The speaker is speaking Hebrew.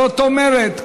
זאת אומרת,